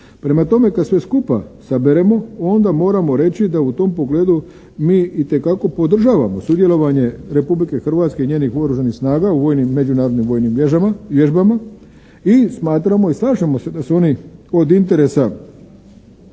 Prema tome, kad sve skupa saberemo onda moramo reći da u tom pogledu mi itekako podržavamo sudjelovanje Republike Hrvatske i njenih Oružanih snaga u vojnim, međunarodnim vojnim vježbama i smatramo i slažemo se da su oni od interesa